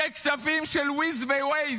זה כספים של Wiz ו-Waze.